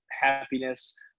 happiness